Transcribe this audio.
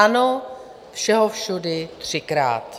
Ano, všehovšudy třikrát.